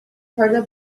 corda